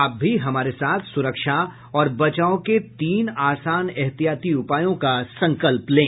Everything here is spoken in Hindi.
आप भी हमारे साथ सुरक्षा और बचाव के तीन आसान एहतियाती उपायों का संकल्प लें